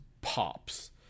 pops